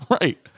right